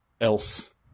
else